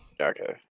Okay